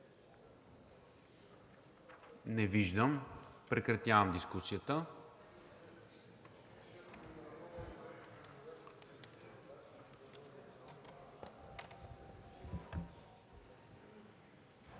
Не виждам. Прекратявам дискусията.